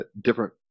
different